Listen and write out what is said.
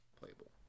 playable